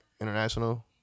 International